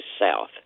south